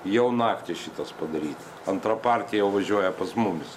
jau naktį šitas padaryta antra partija jau važiuoja pas mumis